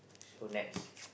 so next